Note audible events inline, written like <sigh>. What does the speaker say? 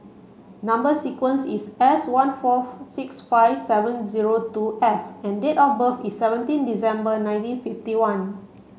number sequence is S one four <unintelligible> six five seven zero two F and date of birth is seventeen December nineteen fifty one